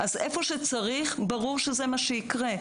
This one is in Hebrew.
איפה שצריך, ברור שזה מה שיקרה.